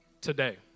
today